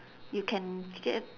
you can get